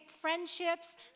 friendships